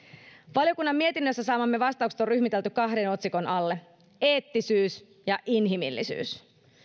valiokunnan mietinnössä saamamme vastaukset on ryhmitelty kahden otsikon alle eettisyys ja inhimillisyys